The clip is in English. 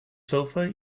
sofa